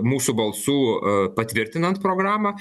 mūsų balsų patvirtinant programą